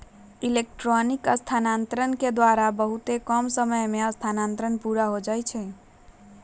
electronic स्थानान्तरण के द्वारा बहुते कम समय में स्थानान्तरण पुरा हो जाइ छइ